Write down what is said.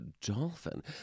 dolphin